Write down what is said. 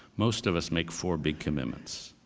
most of us make four big commitments,